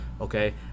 okay